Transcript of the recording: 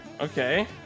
Okay